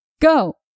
Go